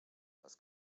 les